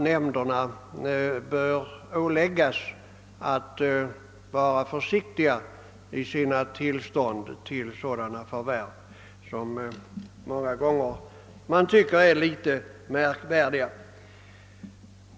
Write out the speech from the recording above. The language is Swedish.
Nämnderna bör åläggas att vara försiktiga när det gäller tillstånd till många gånger märkvärdiga förvärv.